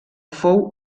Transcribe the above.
fou